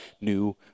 new